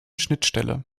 schnittstelle